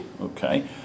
Okay